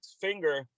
finger